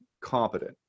competent